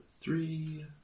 three